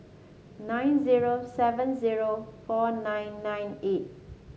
nine zero seven zero four nine nine eight